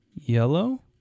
Yellow